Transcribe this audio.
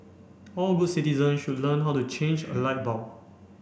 all good citizen should learn how to change a light bulb